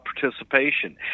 participation